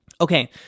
Okay